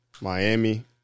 Miami